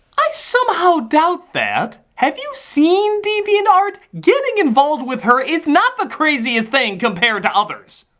i somehow doubt that. have you seen deviantart? getting involved with her is not the craziest thing compared to others.